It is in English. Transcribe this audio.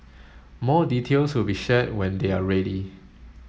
more details will be shared when they are ready